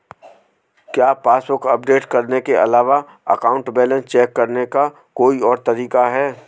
क्या passbook update करने के अलावा अकाउंट बैलेंस चेक करने का कोई और तरीका है?